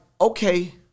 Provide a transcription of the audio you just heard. okay